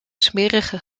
smerige